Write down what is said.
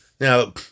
Now